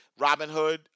Robinhood